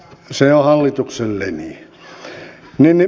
se on hallituksen linja